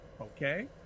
Okay